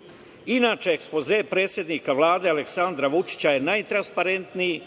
Srbije. Inače, ekspoze predsednika Vlade, Aleksandra Vučića, je najtransparentniji,